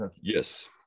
Yes